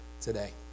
today